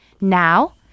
Now